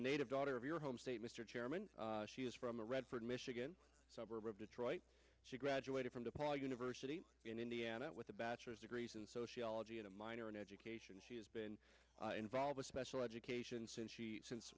a native daughter of your home state mr chairman she is from the redford michigan suburb of detroit she graduated from the paul university in indiana with a bachelor's degrees and sociology and a minor in education she has been involved special education since she since